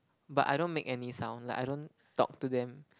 but I don't make any sound like I don't talk to them